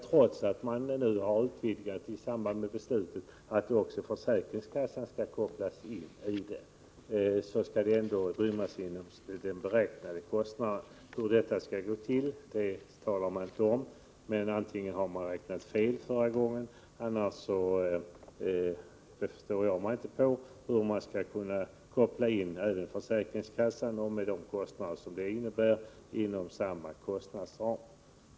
Trots att beslutet utvidgades till att även försäkringskassan skulle kopplas in skall den beräknade kostnadsramen gälla. Hur detta skall vara möjligt talar man inte om. Var kostnadsberäkningen i propositionen i höstas fel? Annars förstår jag mig inte på hur man skall kunna koppla in även försäkringskassan, med de kostnader det innebär, inom samma kostnadsram.